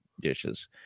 dishes